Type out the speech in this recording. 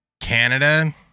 Canada